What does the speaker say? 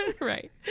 right